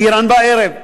"אירן" בערב.